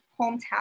hometown